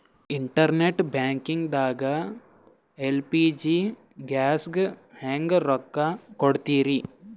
Internet banking ದಾಗ LPG ಗ್ಯಾಸ್ಗೆ ಹೆಂಗ್ ರೊಕ್ಕ ಕೊಡದ್ರಿ?